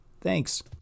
Thanks